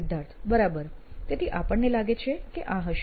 સિદ્ધાર્થ બરાબર તેથી આપણને લાગે છે કે આ હશે